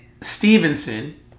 Stevenson